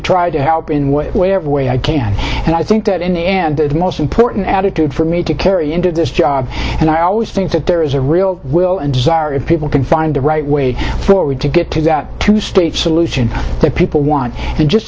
try to help in whatever way i can and i think that an end to the most important attitude for me to carry into this job and i always think that there is a real will and desire if people can find the right way forward to get to that two state solution that people want and just